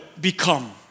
become